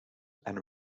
and